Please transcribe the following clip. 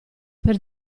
per